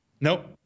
nope